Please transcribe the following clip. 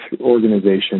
organization